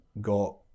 got